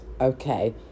Okay